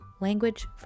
language